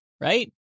right